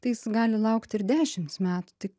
tai jis gali laukti ir dešims metų tai